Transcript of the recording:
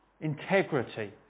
Integrity